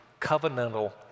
covenantal